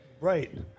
right